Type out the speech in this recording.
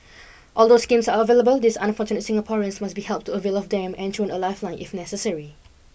although schemes are available these unfortunate Singaporeans must be helped to avail of them and thrown a lifeline if necessary